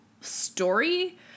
story